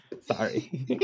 sorry